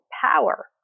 power